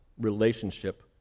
relationship